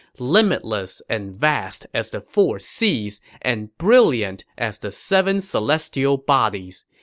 limitless and vast as the four seas, and brilliant as the seven celestial bodies.